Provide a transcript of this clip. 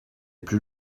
plus